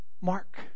Mark